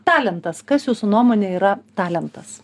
talentas kas jūsų nuomone yra talentas